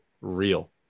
real